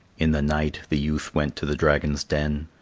in the night the youth went to the dragon's den.